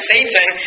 Satan